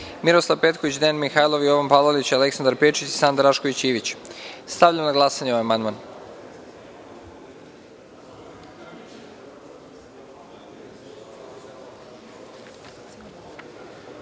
Miroslav Petković, Dejan Mihajlov, Jovan Palalić, Aleksandar Pejčić i Sanda Rašković Ivić. Stavljam na glasanje ovaj amandman. Molim